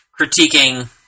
critiquing